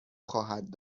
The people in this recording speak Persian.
خواهد